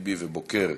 טיבי ובוקר.